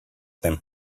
them